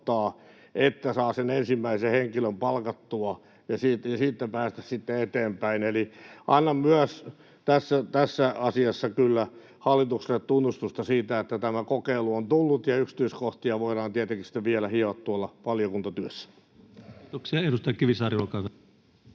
että saa sen ensimmäisen henkilön palkattua, mistä pääsee sitten eteenpäin. Eli annan hallitukselle tunnustusta myös tässä asiassa, että tämä kokeilu on tullut. Yksityiskohtia voidaan tietenkin sitten vielä hioa tuolla valiokuntatyössä. Kiitoksia. — Edustaja Kivisaari, olkaa hyvä.